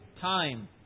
time